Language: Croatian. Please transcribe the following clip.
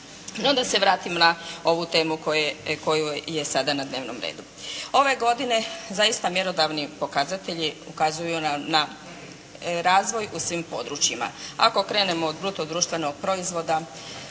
No, da se vratim na ovu temu koja je sada na dnevnom redu. Ove godine zaista mjerodavni pokazatelji ukazuju na razvoj u svim područjima. Ako krenemo od bruto društvenog proizvoda,